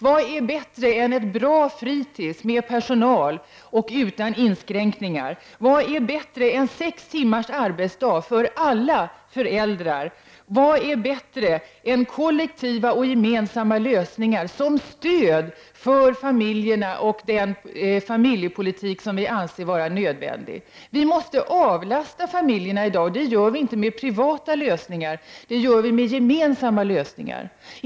Vad är bättre än ett bra fritids med personal och utan inskränkningar? Vad är bättre än sex timmars arbetsdag för alla föräldrar? Vad är bättre än kollektiva och gemensamma lösningar som stöd för familjerna och den familjepolitik som vi anser vara nödvändig? Vi måste avlasta familjerna i dag, och det gör vi inte med privata lösningar, utan det gör vi med gemensamma lösningar.